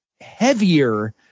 heavier